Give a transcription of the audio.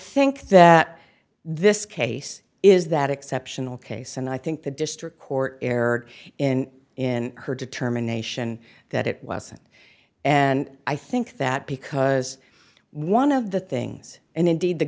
think that this case is that exceptional case and i think the district court erred in in her determination that it wasn't and i think that because one of the things and indeed the